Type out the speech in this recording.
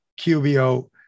QBO